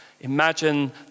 Imagine